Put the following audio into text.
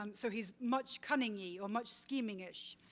um so he's much cunningy or much schemingish.